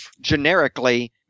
generically